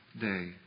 day